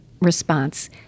response